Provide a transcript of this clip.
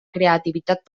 creativitat